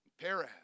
Perez